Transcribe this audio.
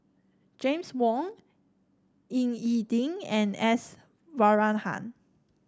James Wong Ying E Ding and S Varathan